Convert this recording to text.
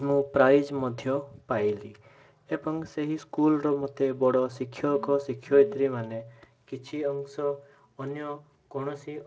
ମୁଁ ପ୍ରାଇଜ୍ ମଧ୍ୟ ପାଇଲି ଏବଂ ସେହି ସ୍କୁଲର ମୋତେ ବଡ଼ ଶିକ୍ଷକ ଶିକ୍ଷୟିତ୍ରୀମନେ କିଛି ଅଂଶ ଅନ୍ୟ କୌଣସି